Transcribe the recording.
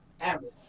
Average